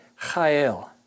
Chael